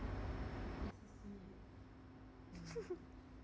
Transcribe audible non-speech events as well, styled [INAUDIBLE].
[LAUGHS]